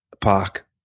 park